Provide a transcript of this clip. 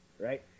right